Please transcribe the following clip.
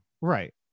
Right